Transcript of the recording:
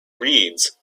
reads